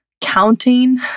counting